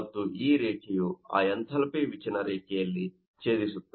ಮತ್ತು ಈ ರೇಖೆಯು ಆ ಎಂಥಾಲ್ಪಿ ವಿಚಲನ ರೇಖೆಯಲ್ಲಿ ಛೇದಿಸುತ್ತದೆ